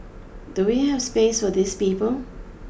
do we have space for these people